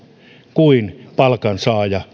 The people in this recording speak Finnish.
kuin palkansaaja